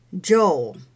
Joel